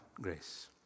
grace